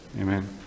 Amen